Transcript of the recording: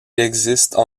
existent